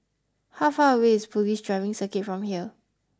how far away is Police Driving Circuit from here